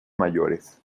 mayores